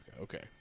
Okay